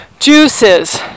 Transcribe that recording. juices